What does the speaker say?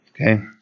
okay